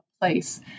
place